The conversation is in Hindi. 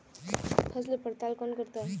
फसल पड़ताल कौन करता है?